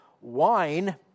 wine